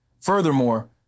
Furthermore